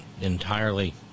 entirely